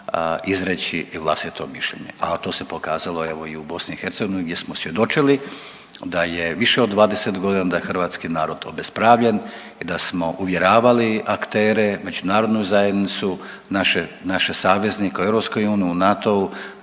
izreći i vlastito mišljenje, a to se pokazalo evo i u BiH gdje smo svjedočili da je više od 20 godina, da hrvatski narod obespravljen i da smo uvjeravali aktere, međunarodnu zajednicu, naše saveznike u EU u NATO-u